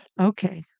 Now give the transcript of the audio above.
Okay